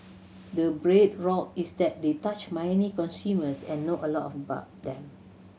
the bedrock is that they touch many consumers and know a lot of about them